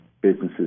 businesses